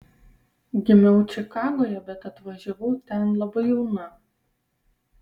gimiau čikagoje bet atvažiavau ten labai jauna